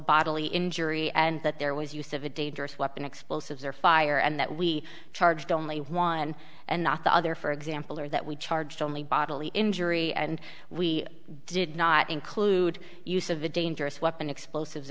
bodily injury and that there was use of a dangerous weapon explosives or fire and that we charged only one and not the other for example or that we charged only bodily injury and we did not include use of a dangerous weapon explosives